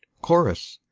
chorus.